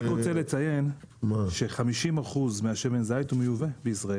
אני רק רוצה לציין ש-50% משמן הזית בישראל מיובא.